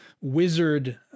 wizard